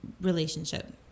relationship